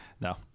No